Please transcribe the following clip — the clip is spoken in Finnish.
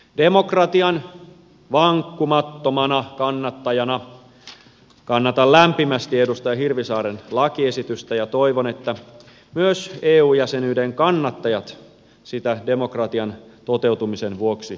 demokratian vankkumattomana kannattajana kannatan lämpimästi edustaja hirvisaaren lakiesitystä ja toivon että myös eu jäsenyyden kannattajat sitä demokratian toteutumisen vuoksi